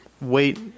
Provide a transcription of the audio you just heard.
wait